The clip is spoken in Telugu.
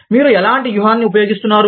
మీరు ఎలాంటి వ్యూహాన్ని ఉపయోగిస్తున్నారు